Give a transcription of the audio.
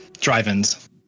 drive-ins